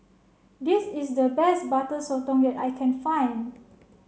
this is the best Butter Sotong that I can find